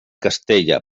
castella